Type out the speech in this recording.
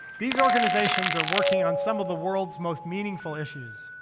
these organizations are working on some of the world's most meaningful issues.